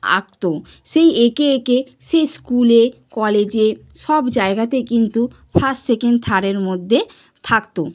আঁকত সেই এঁকে এঁকে সে স্কুলে কলেজে সব জায়গাতে কিন্তু ফার্স্ট সেকেন্ড থার্ডের মধ্যে থাকত